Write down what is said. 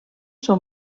són